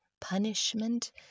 punishment